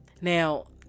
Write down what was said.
now